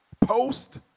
post